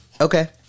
Okay